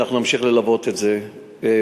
שאנחנו נמשיך ללוות בהמשך.